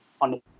on